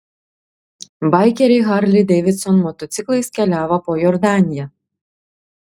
baikeriai harley davidson motociklais keliavo po jordaniją